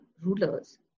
rulers